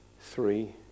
three